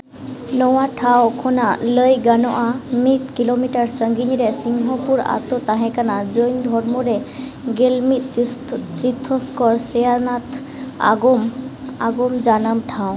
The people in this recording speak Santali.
ᱱᱚᱣᱟ ᱴᱷᱟᱶ ᱠᱷᱚᱱᱟᱜ ᱞᱟᱹᱭ ᱜᱟᱱᱚᱜᱼᱟ ᱢᱤᱫ ᱠᱤᱞᱳᱢᱤᱴᱟᱨ ᱥᱟᱺᱜᱤᱧ ᱨᱮ ᱥᱤᱝᱦᱚᱯᱩᱨ ᱟᱛᱳ ᱛᱟᱦᱮᱸ ᱠᱟᱱᱟ ᱡᱳᱭᱱᱚ ᱫᱷᱚᱨᱢᱚ ᱨᱮᱱ ᱜᱮᱞ ᱢᱤᱫ ᱛᱨᱤᱛᱷᱟᱝᱠᱚᱨ ᱥᱨᱮᱭᱟᱥᱚᱝᱥᱚᱱᱟᱛᱷ ᱟᱜ ᱡᱟᱱᱟᱢ ᱴᱷᱟᱶ